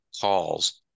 calls